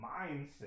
mindset